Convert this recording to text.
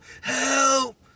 help